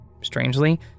Strangely